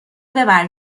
ببر